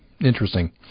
Interesting